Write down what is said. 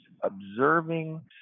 observing